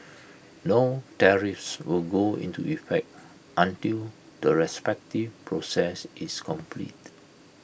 no tariffs will go into effect until the respective process is complete